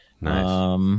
Nice